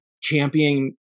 champion